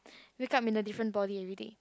wake up in a different body everyday